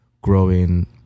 growing